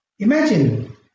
Imagine